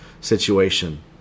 situation